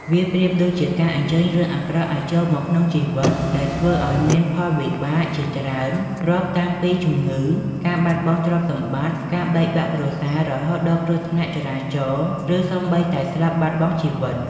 វាប្រៀបដូចជាការអញ្ជើញរឿងអាក្រក់ឲ្យចូលមកក្នុងជីវិតដែលធ្វើឲ្យមានផលវិបាកជាច្រើន រាប់តាំងពីជំងឺ ការបាត់បង់ទ្រព្យសម្បត្តិ ការបែកបាក់គ្រួសារ រហូតដល់គ្រោះថ្នាក់ចរាចរណ៍ ឬសូម្បីតែស្លាប់បាត់បង់ជីវិត។